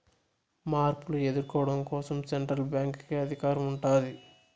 మార్పులు ఎదుర్కోవడం కోసం సెంట్రల్ బ్యాంక్ కి అధికారం ఉంటాది